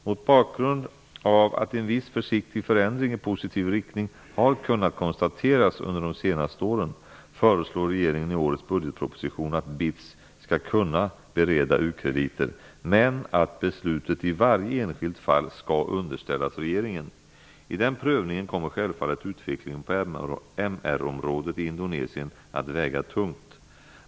Mot bakgrund av att en viss försiktig förändring i positiv riktning har kunnat konstateras under de senaste åren föreslår regeringen i årets budgetproposition att BITS skall kunna bereda ukrediter men att beslutet i varje enskilt fall skall underställas regeringen. I den prövningen kommer självfallet utvecklingen på MR-området i Indonesien att väga tungt.